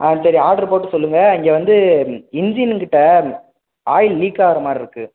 ஆ சரி ஆட்ரு போட்டு சொல்லுங்கள் இங்கே வந்து இன்ஜின்னு கிட்டே ஆயில் லீக்காகிற மாதிரிருக்கு